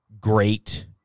great